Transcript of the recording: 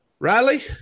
Riley